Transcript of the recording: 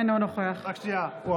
אינו נוכח יולי